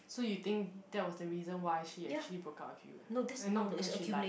so you think that was the reason why she actually broke up with you and not because she lied